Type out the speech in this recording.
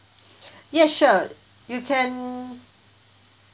yes sure you can